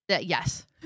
Yes